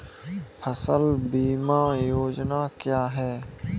फसल बीमा योजना क्या है?